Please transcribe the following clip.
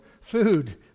food